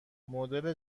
مدل